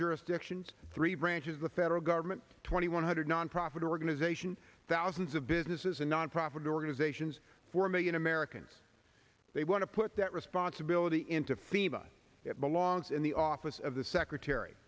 jurisdictions three branches the federal government twenty one hundred nonprofit organization thousands of businesses and nonprofit organizations four million americans they want to put that responsibility into fema it belongs in the office of the secretary